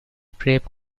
prep